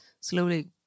slowly